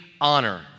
honor